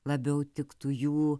labiau tiktų jų